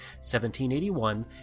1781